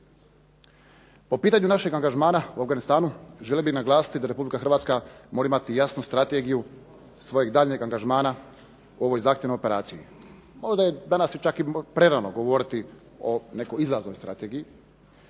O pitanju našeg angažmana u Afganistanu želio bih naglasiti da Republika Hrvatska mora imati jasnu strategiju svojeg daljnjeg angažmana u ovoj zahtjevnoj operaciji. Možda je danas čak i prerano govoriti o nekakvoj izlaznoj strategiji,